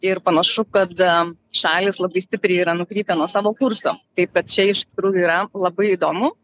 ir panašu kad šalys labai stipriai yra nukrypę nuo savo kurso taip kad čia iš tikrųjų yra labai įdomu